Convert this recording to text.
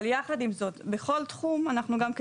אבל יחד עם זאת בכל תחום אנחנו גם כן